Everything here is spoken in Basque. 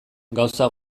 gauza